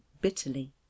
bitterly